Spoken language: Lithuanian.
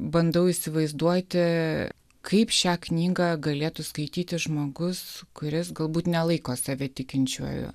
bandau įsivaizduoti kaip šią knygą galėtų skaityti žmogus kuris galbūt nelaiko save tikinčiuoju